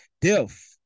Death